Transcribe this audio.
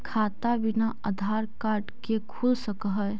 खाता बिना आधार कार्ड के खुल सक है?